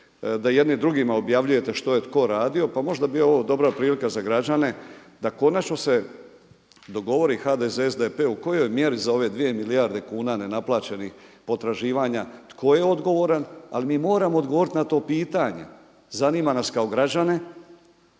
da jedni drugima objavljujete što je tko radio, pa možda bi ovo dobra prilika za građane da konačno se dogovori HDZ, SDP u kojoj mjeri za ove 2 milijarde kuna nenaplaćenih potraživanja tko je odgovoran. Ali mi moramo odgovoriti na to pitanje. Zanima nas kao građane,